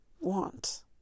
want